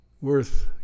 worth